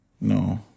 No